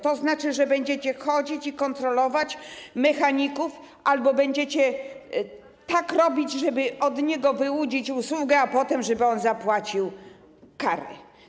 To znaczy, że będziecie chodzić i kontrolować mechaników albo będziecie tak robić, żeby od niego wyłudzić usługę, żeby on zapłacił kary.